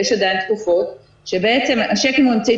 ויש עדיין תקופות שבעצם הצ'ק הוא אמצעי